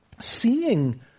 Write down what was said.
Seeing